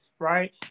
right